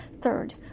Third